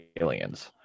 aliens